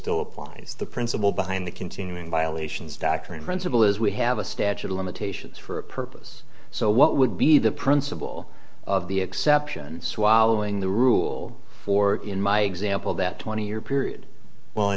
still applies the principle behind the continuing violations doctrine principle is we have a statute of limitations for a purpose so what would be the principle of the exception swallowing the rule for in my example that twenty year period well